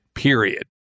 period